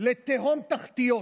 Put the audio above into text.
לתהום תחתיות?